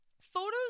Photos